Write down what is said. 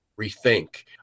Rethink